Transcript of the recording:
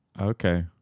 okay